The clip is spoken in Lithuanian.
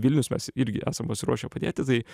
vilnius mes irgi esam pasiruošę padėti tai